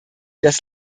das